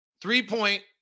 three-point